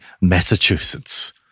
Massachusetts